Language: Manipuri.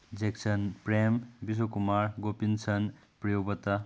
ꯖꯦꯛꯁꯟ ꯄ꯭ꯔꯦꯝ ꯕꯤꯖꯨꯀꯨꯃꯥꯔ ꯒꯣꯄꯤꯟꯁꯟ ꯄ꯭ꯔꯤꯌꯣꯕꯇ